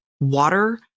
water